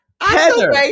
Heather